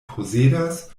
posedas